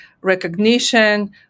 recognition